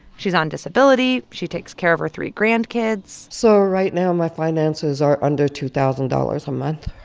she's on disability. she takes care of her three grandkids so right now, my finances are under two thousand dollars a month.